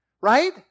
right